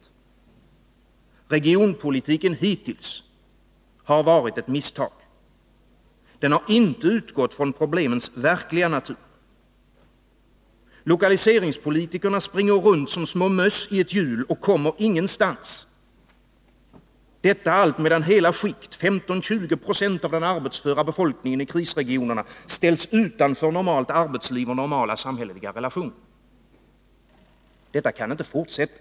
Regionpolitiken hittills har varit ett misstag. Den har inte utgått från problemens verkliga natur. Lokaliseringspolitikerna springer runt som små möss i ett hjul och kommer ingenstans — detta alltmedan hela skikt, 15-20 20 av den arbetsföra befolkningen i krisregionerna, ställs utanför normalt arbetsliv och normala samhälleliga relationer. Detta kan inte fortsätta.